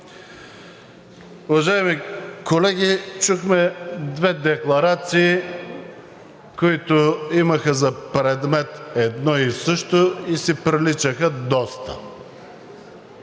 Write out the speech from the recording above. Уважаеми колеги, чухме две декларации, които имаха за предмет едно и също и си приличаха доста.